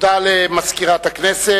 תודה למזכירת הכנסת.